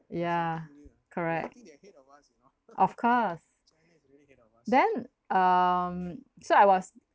ya correct of course then um so I was